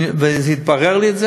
זה התברר לי.